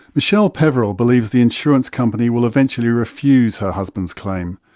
michele peverill believes the insurance company will eventually refuse her husband's claim,